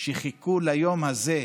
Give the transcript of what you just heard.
שחיכו ליום הזה,